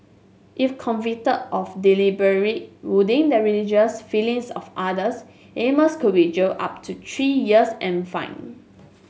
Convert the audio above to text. if convicted of deliberate wounding the religious feelings of others Amos could be jailed up to three years and fined